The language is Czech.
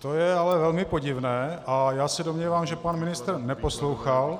To je ale velmi podivné a já se domnívám, že pan ministr neposlouchal,